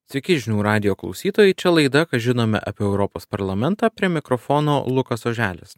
sveiki žinių radijo klausytojai čia laida ką žinome apie europos parlamentą prie mikrofono lukas oželis